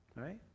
Right